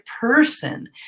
person